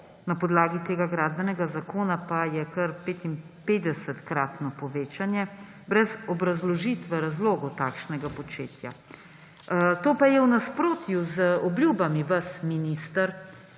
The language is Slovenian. na podlagi tega gradbenega zakona pa je kar 55-kratno povečanje, brez obrazložitve razlogov takšnega početja, to pa je v nasprotju z obljubami vas, minister,